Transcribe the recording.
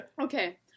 okay